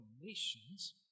nations